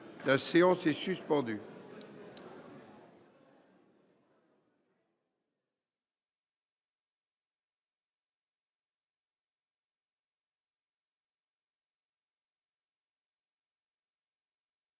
La séance est suspendue.